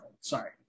Sorry